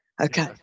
Okay